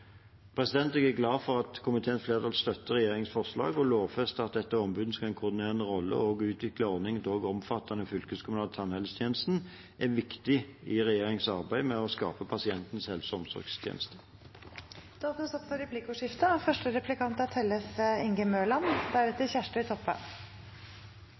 Jeg er glad for at komiteens flertall støtter regjeringens forslag. Å lovfeste at et av ombudene skal ha en koordinerende rolle og å utvide ordningen til også å omfatte den fylkeskommunale tannhelsetjenesten, er viktig i regjeringens arbeid med å skape pasientens helse- og omsorgstjeneste. Det blir replikkordskifte. Et av de områdene på dette feltet som Arbeiderpartiet er